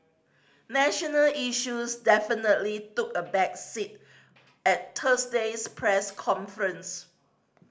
national issues definitely took a back seat at Thursday's press conference